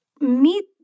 meet